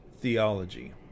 theology